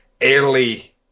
early